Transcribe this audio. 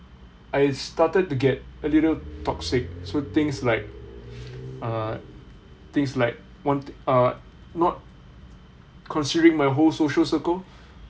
I started to get a little toxic so things like err things like want err not considering my whole social circle